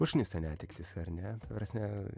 užknisa netektys ar ne prasme